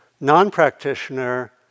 Non-practitioner